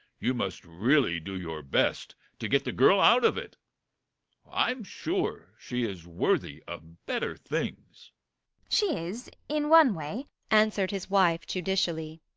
you must really do your best to get the girl out of it i'm sure she is worthy of better things she is in one way answered his wife judicially.